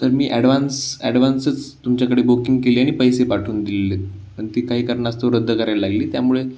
तर मी ॲडव्हान्स ॲडव्हान्सच तुमच्याकडे बुकिंग केली आणि पैसे पाठवून दिलेले पण ती काही करणास्तव रद्द करायला लागली त्यामुळे